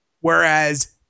Whereas